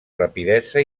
rapidesa